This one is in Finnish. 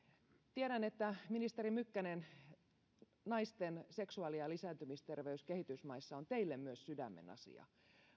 tiedän ministeri mykkänen että naisten seksuaali ja lisääntymisterveys kehitysmaissa on myös teille sydämenasia